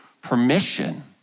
permission